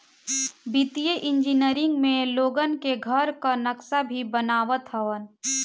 वित्तीय इंजनियर में लोगन के घर कअ नक्सा भी बनावत हवन